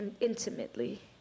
intimately